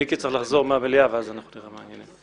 מיקי צריך לחזור מהמליאה ואז אנחנו נראה מה יהיה.